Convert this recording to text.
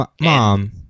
Mom